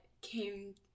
came